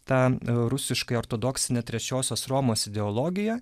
tą rusiškai ortodoksinę trečiosios romos ideologiją